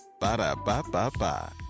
Ba-da-ba-ba-ba